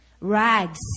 rags